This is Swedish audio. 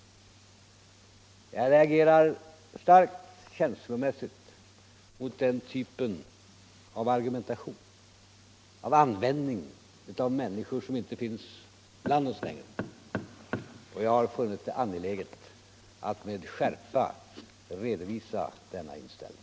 Jag reagerar starkt känslomässigt mot den typen av argumentation, av användningen av människor som inte finns bland oss längre, och jag har funnit det angeläget att med skärpa redovisa denna inställning.